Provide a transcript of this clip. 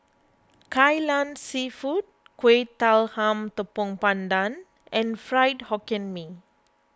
Kai Lan Seafood Kuih Talam Tepong Pandan and Fried Hokkien Mee